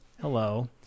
Hello